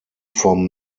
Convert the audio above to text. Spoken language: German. vom